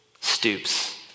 stoops